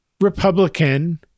Republican